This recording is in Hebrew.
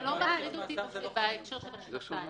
זה לא מטריד אותי בהקשר של השנתיים.